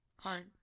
hard